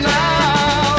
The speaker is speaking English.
now